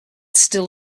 still